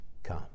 come